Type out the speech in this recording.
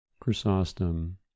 Chrysostom